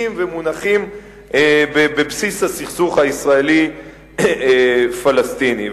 ומונחים בבסיס הסכסוך הישראלי הפלסטיני.